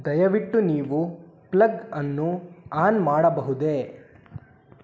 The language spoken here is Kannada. ದಯವಿಟ್ಟು ನೀವು ಪ್ಲಗ್ಗನ್ನು ಆನ್ ಮಾಡಬಹುದೇ